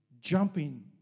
jumping